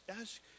Ask